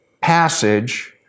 passage